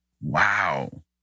Wow